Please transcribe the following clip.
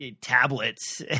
tablets